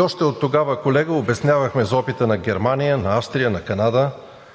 Още оттогава, колега, обяснявахме за опита на Германия, на Австрия, на Канада.